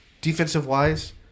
Defensive-wise